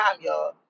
y'all